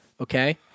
Okay